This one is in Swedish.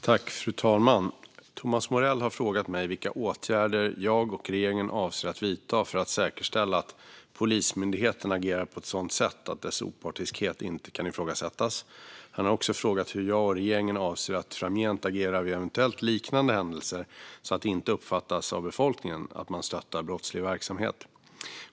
Fru talman! Thomas Morell har frågat mig vilka åtgärder jag och regeringen avser att vidta för att säkerställa att Polismyndigheten agerar på ett sådant sätt att dess opartiskhet inte kan ifrågasättas. Han har också frågat hur jag och regeringen avser att framgent agera vid eventuella liknande händelser så att det inte uppfattas av befolkningen som att man stöttar brottslig verksamhet.